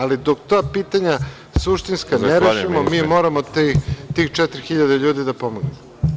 Ali, dok ta pitanja suštinski ne rešimo, mi moramo tih četiri hiljade ljudi da pomognemo.